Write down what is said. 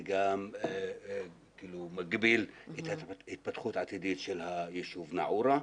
וגם מגביל התפתחות עתידית של היישוב נאעורה.